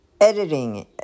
editing